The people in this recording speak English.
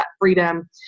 freedom